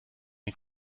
den